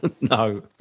No